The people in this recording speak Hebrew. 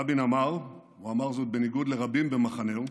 רבין אמר, הוא אמר זאת בניגוד לרבים במחנהו,